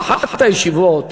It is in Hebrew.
באחת הישיבות,